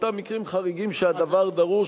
באותם מקרים חריגים שהדבר דרוש,